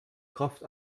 kraft